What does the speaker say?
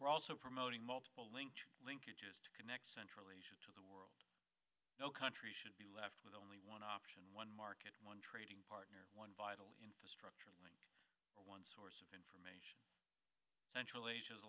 we're also promoting multiple linked linkages to connect central asia to the world no country should be left with only one option one market one trading partner one vital infrastructure one source of information central a